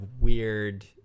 weird